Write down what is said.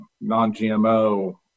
non-GMO